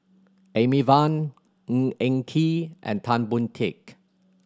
Amy Van Ng Eng Kee and Tan Boon Teik